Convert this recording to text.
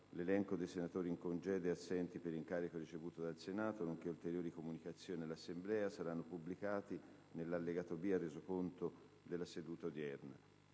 L'elenco dei senatori in congedo e assenti per incarico ricevuto dal Senato, nonché ulteriori comunicazioni all'Assemblea saranno pubblicati nell'allegato B al Resoconto della seduta odierna.